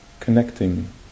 connecting